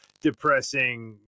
depressing